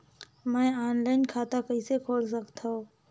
मैं ऑनलाइन खाता कइसे खोल सकथव?